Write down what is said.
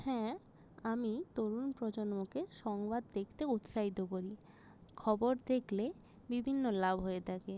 হ্যাঁ আমি তরুণ প্রজন্মকে সংবাদ দেখতে উৎসাহিত করি খবর দেখলে বিভিন্ন লাভ হয়ে থাকে